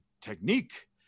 technique